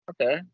okay